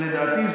לדעתי,